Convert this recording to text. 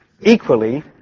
Equally